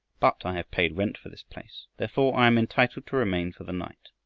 but i have paid rent for this place, therefore i am entitled to remain for the night.